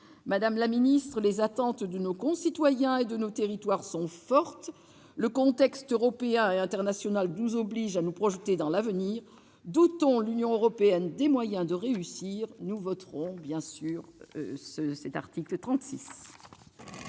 Madame la secrétaire d'État, les attentes de nos concitoyens et de nos territoires sont fortes, le contexte européen et international nous oblige à nous projeter dans l'avenir. Dotons l'Union européenne des moyens de réussir ! Nous voterons bien évidemment l'article 36.